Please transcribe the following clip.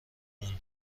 اون